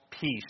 peace